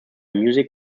music